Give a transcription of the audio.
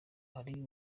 hari